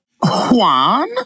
Juan